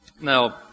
Now